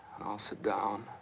i'll sit down.